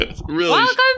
Welcome